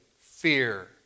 fear